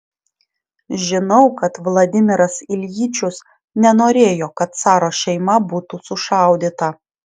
žinau kad vladimiras iljičius nenorėjo kad caro šeima būtų sušaudyta